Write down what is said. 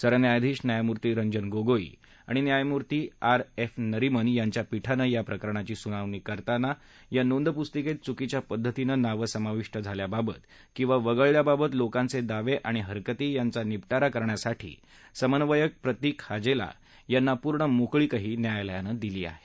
सरन्यायाधीश न्यायमूर्ती रंजन गोगोई आणि न्यायमूर्ती आर एफ नरीमन यांच्या पीठानं या प्रकरणाची सुनावणी करताना या नोंदपुस्तिकेत चुकीच्या पद्धतीनं नावं समाविष्ट झाल्याबाबत किंवा वगळल्याबाबत लोकांचे दावे आणि हरकती यांचा निपटारा करण्यासाठी समन्वयक प्रतिक हाजेला यांना पूर्ण मोकळीकही न्यायालयानं दिली आहे